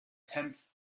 tenth